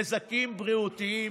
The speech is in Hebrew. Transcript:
נזקים בריאותיים,